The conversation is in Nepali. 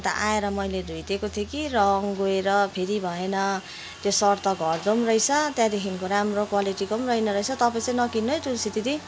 अन्त आएर मैले धुइदिएको थिएँ कि रङ्ग गएर फेरि भएन त्यो सर्ट त घट्दो पनि रहेछ त्यहाँदेखिको राम्रो क्वालिटीको पनि रहेन रहेछ तपाईँ चाहिँ नकिन्नु है तुलसी दिदी